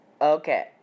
Okay